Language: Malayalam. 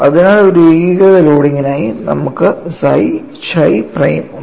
അതിനാൽ ഒരു ഏകീകൃത ലോഡിംഗിനായി നമുക്ക് psi chi പ്രൈം ഉണ്ട്